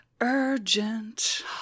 Urgent